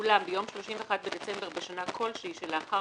אולם ביום 31 בדצמבר בשנה כלשהי שלאחר